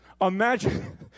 Imagine